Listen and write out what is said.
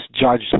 judge